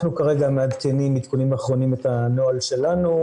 אנחנו כרגע מעדכנים עדכונים אחרונים את הנוהל שלנו,